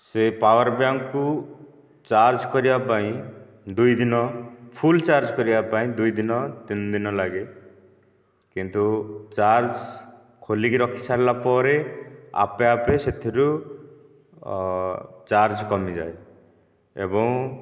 ସେ ପାୱାର ବ୍ୟାଙ୍କକୁ ଚାର୍ଜ କରିବା ପାଇଁ ଦୁଇ ଦିନ ଫୁଲ୍ ଚାର୍ଜ କରିବା ପାଇଁ ଦୁଇ ଦିନ ତିନି ଦିନ ଲାଗେ କିନ୍ତୁ ଚାର୍ଜ ଖୋଲିକି ରଖି ସାରିଲା ପରେ ଆପେ ଆପେ ସେଥିରୁ ଚାର୍ଜ କମିଯାଏ ଏବଂ